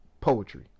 poetry